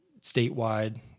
statewide